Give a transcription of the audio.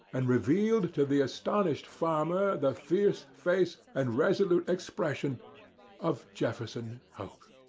and revealed to the astonished farmer the fierce face and resolute expression of jefferson hope.